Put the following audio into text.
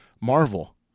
Marvel